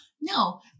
No